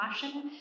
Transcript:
fashion